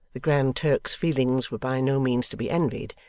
the grand turk's feelings were by no means to be envied,